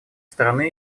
стороны